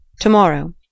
Tomorrow